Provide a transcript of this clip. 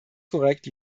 korrekt